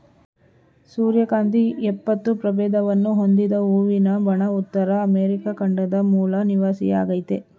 ಸೂರ್ಯಕಾಂತಿ ಎಪ್ಪತ್ತು ಪ್ರಭೇದವನ್ನು ಹೊಂದಿದ ಹೂವಿನ ಬಣ ಉತ್ತರ ಅಮೆರಿಕ ಖಂಡದ ಮೂಲ ನಿವಾಸಿಯಾಗಯ್ತೆ